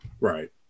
right